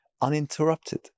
uninterrupted